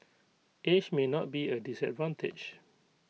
age may not be A disadvantage